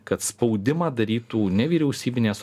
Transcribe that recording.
kad spaudimą darytų nevyriausybinės